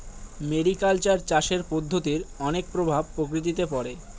mariculture চাষের পদ্ধতির অনেক প্রভাব প্রকৃতিতে পড়ে